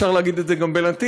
אפשר להגיד את זה גם בלטינית,